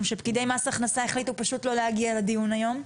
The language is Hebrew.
שפקידי מס הכנסה החליטו פשוט לא להגיע לדיון היום.